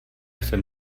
jsem